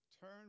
turn